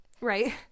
Right